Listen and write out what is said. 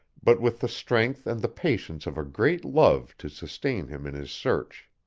but with the strength and the patience of a great love to sustain him in his search.